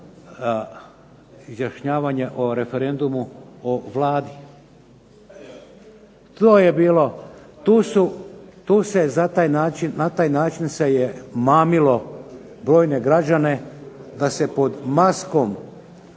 izjašnjavanje o referendumu o Vladi. To je bilo, tu se je za taj način, na taj način se je mamilo brojne građane da se pod maskom